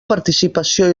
participació